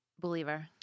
Believer